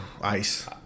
ice